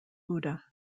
buddha